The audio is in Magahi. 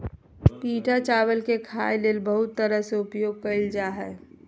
पिटा चावल के खाय ले बहुत तरह से उपयोग कइल जा हइ